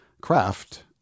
craft